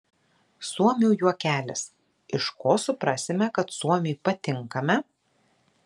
suomių juokelis iš ko suprasime kad suomiui patinkame